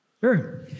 Sure